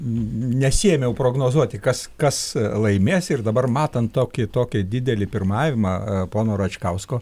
nesiėmiau prognozuoti kas kas laimės ir dabar matant tokį tokį didelį pirmavimą pono račkausko